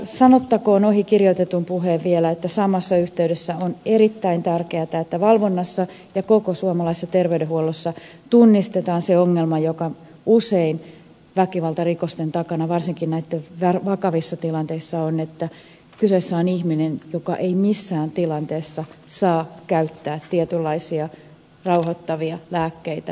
sanottakoon ohi kirjoitetun puheen vielä että samassa yhteydessä on erittäin tärkeätä että valvonnassa ja koko suomalaisessa terveydenhuollossa tunnistetaan se ongelma joka usein väkivaltarikosten takana varsinkin näissä vakavissa tilanteissa on että kyseessä on ihminen joka ei missään tilanteessa saa käyttää tietynlaisia rauhoittavia lääkkeitä